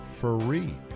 free